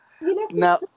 now